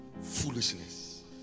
foolishness